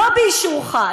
לא באישורך,